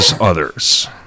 others